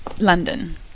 London